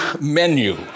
menu